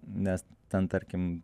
nes ten tarkim